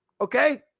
okay